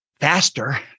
faster